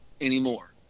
anymore